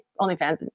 OnlyFans